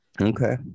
Okay